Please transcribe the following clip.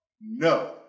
No